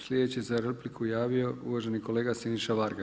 Sljedeći za repliku javio uvaženi kolega Siniša Varga.